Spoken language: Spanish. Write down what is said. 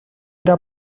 era